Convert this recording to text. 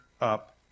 up